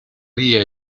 ríe